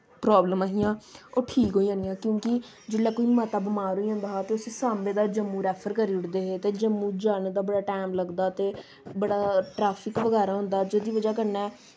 प्राब्लमां हियां ओह् ठीक होई जानियां क्योंकि जिसलै कोई मता बमार होई जंदा हा ते उसी सांबे दा जम्मू रैफर करी ओड़दे हे ते जम्मू जाने दा बड़ा टैम लगदा ते बड़ा ट्रैफिक बगैरा होंदा जेह्दी बजह् कन्नै